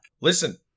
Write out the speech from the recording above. Listen